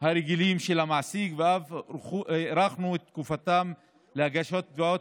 הרגילים של המעסיק ואף הארכנו את התקופה להגשת תביעות